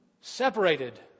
separated